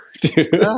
dude